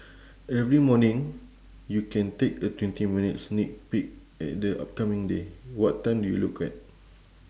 every morning you can take a twenty minute sneak peek at the upcoming day what time do you look at